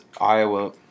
Iowa